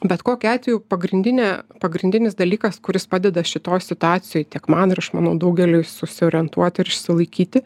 bet kokiu atveju pagrindinė pagrindinis dalykas kuris padeda šitoj situacijoj tiek man ir aš manau daugeliui susiorientuoti ir išsilaikyti